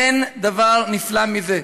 אין דבר נפלא מזה.